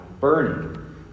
burning